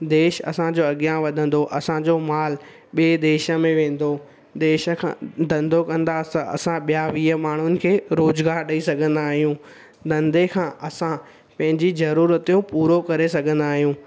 देश असांजो अॻियां वधंदो असांजो माल ॿे देश में वेंदो देश खां धंधो कंदा असां ॿिया वीह माण्हुनि खे रोज़गारु ॾेई सघंदा आहियूं धंधे खां असां पंहिंजी ज़रूरतूं पुरो करे सघंदा आहियूं